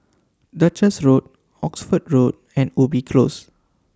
Duchess Road Oxford Road and Ubi Close